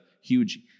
huge